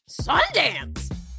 Sundance